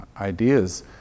ideas